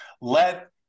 let